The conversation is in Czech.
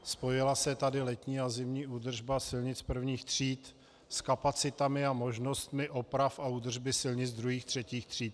Spojila se tady letní a zimní údržba silnic prvních tříd s kapacitami a možnostmi oprav a údržby silnic druhých a třetích tříd.